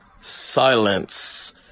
Silence